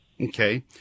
Okay